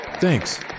Thanks